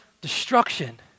destruction